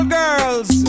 girls